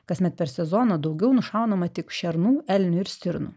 kasmet per sezoną daugiau nušaunama tik šernų elnių ir stirnų